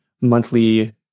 monthly